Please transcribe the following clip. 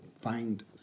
find